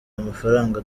amafaranga